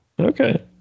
Okay